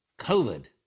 COVID